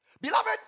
Beloved